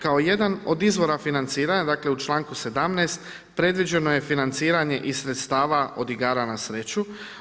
Kao jedan od izvora financiranja, dakle u članku 17. predviđeno je financiranje iz sredstava od igara na sreću.